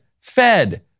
Fed